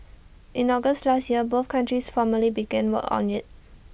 in August last year both countries formally began work on IT